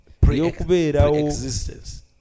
pre-existence